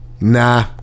nah